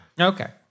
Okay